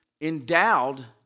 endowed